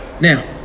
Now